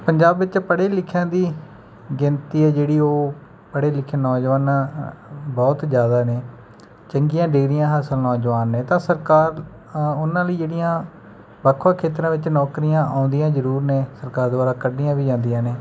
ਪੰਜਾਬ ਵਿੱਚ ਪੜ੍ਹੇ ਲਿਖਿਆ ਦੀ ਗਿਣਤੀ ਹੈ ਜਿਹੜੀ ਉਹ ਪੜ੍ਹੇ ਲਿਖੇ ਨੌਜਵਾਨ ਬਹੁਤ ਜ਼ਿਆਦਾ ਨੇ ਚੰਗੀਆਂ ਡਿਗਰੀਆਂ ਹਾਸਲ ਨੌਜਵਾਨ ਨੇ ਤਾਂ ਸਰਕਾਰ ਉਨ੍ਹਾਂ ਲਈ ਜਿਹੜੀਆਂ ਵੱਖ ਵੱਖ ਖੇਤਰਾਂ ਵਿੱਚ ਨੌਕਰੀਆਂ ਆਉਂਦੀਆਂ ਜ਼ਰੂਰ ਨੇ ਸਰਕਾਰ ਦੁਆਰਾ ਕੱਢੀਆਂ ਵੀ ਜਾਂਦੀਆਂ ਨੇ